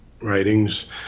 writings